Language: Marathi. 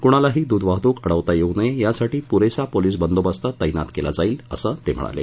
कुणालाही दुध वाहतूक आडवता येऊ नये यासाठी पुरेसा पोलिस बंदोबस्त तैनात केला जाईल असं ते म्हणाले